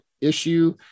issue